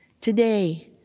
Today